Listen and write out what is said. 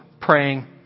praying